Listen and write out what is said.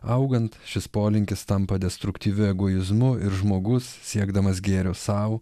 augant šis polinkis tampa destruktyviu egoizmu ir žmogus siekdamas gėrio sau